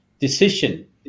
decision